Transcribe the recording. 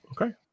Okay